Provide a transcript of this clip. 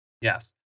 Yes